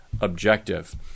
objective